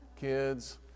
kids